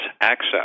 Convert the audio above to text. access